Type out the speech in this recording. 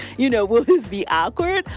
you know, will this be awkward?